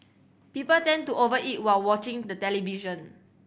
people tend to over eat while watching the television